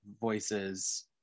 voices